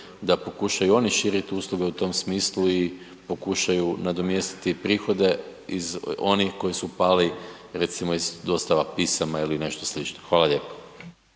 da pokušaju oni širiti usluge u tom smislu i pokušaju nadomjestiti prihode onih koji su pali recimo iz dostava pisama ili nešto slično. Hvala lijepo.